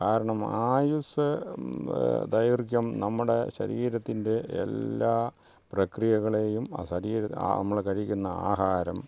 കാരണം ആയുസ്സ് ദൈർഘ്യം നമ്മുടെ ശരീരത്തിൻ്റെ എല്ലാ പ്രക്രിയകളെയും ശരീ നമ്മള് കഴിക്കുന്ന ആഹാരം